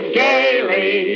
gaily